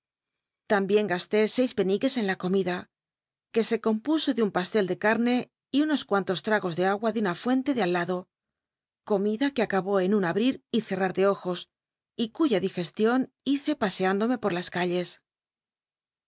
también gasté seis peniques en la comida que se compuso de un pastel de eatne y unos cuantos tragos ele agua de una fuente de al lado comida ue acabó en un abrit y cetrat de ojos y cuya digestion hice paseündome por las calles